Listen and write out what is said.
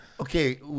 Okay